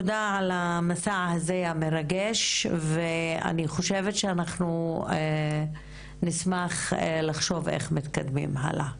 תודה על המסע הזה המרגש ואני חושבת שאנחנו נשמח לחשוב איך מתקדמים הלאה.